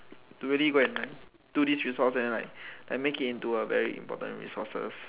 really go and like do this resource and like make it into a very important resources